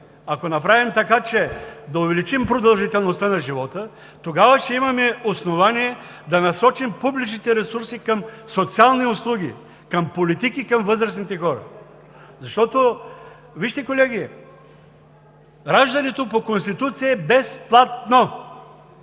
ако направим така, че да увеличим продължителността на живота, тогава ще имаме основание да насочим публичните ресурси към социалните услуги, към политиките към възрастните хора. Вижте колеги, раждането по Конституция е безплатно.